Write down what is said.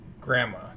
Grandma